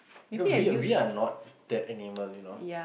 you know we are we are not that animal you know